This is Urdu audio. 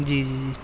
جی جی جی